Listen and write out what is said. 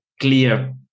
clear